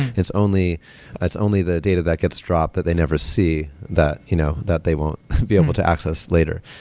it's only it's only the data that gets dropped that they never see that you know that they won't be able to access later.